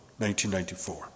1994